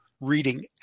reading